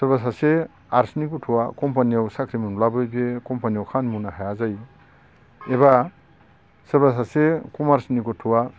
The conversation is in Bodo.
सोरबा सासे आर्ट्सनि गथ'वा कम्पानियाव साख्रि मोनब्लाबो बे कम्पानियाव खामानि मावनो हाया जायो एबा सोरबा सासे कमार्सनि गथ'आ